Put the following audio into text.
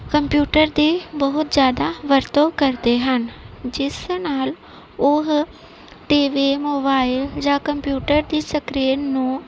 computer ਦੀ ਬਹੁਤ ਜ਼ਿਆਦਾ ਵਰਤੋਂ ਕਰਦੇ ਹਨ ਜਿਸ ਨਾਲ ਉਹ ਟੀ ਵੀ ਮੋਬਾਇਲ ਜਾਂ ਕੰਪਿਊਟਰ ਦੀ ਸਕ੍ਰੀਨ ਨੂੰ